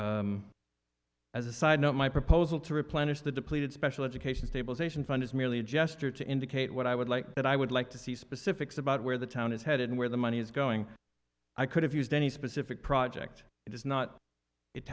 it as a side note my proposal to replenish the depleted special education stabilization fund is merely a gesture to indicate what i would like but i would like to see specifics about where the town is headed and where the money is going i could have used any specific project it is not it